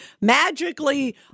magically